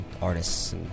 artists